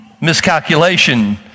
Miscalculation